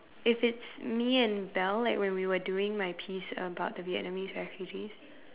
if it's me and Belle like when we were doing my piece about the Vietnamese refugees